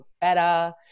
better